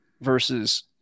versus